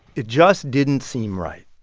it just didn't seem right.